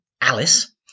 Alice